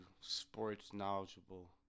sports-knowledgeable